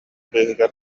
быыһыгар